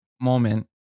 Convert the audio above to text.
moment